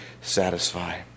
satisfy